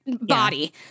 body